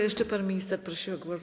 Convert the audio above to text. Jeszcze pan minister prosił o głos.